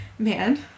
Man